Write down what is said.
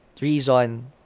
reason